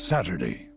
Saturday